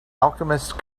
alchemist